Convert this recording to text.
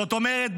זאת אומרת,